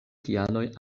kialoj